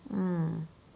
mm